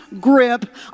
grip